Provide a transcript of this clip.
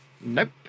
Nope